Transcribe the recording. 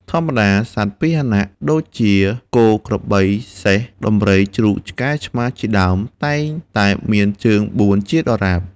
តាមធម្មតា សត្វពាហនៈដូចជាគោ ក្របី សេះ ដំរី ជ្រូក ឆ្កែ ឆ្មា ជាដើម តែងតែមានជើងបួនជាដរាប។